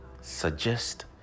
suggest